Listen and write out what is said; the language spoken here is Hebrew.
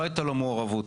לא הייתה לו מעורבות.